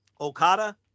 Okada